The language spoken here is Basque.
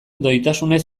doitasunez